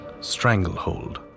Stranglehold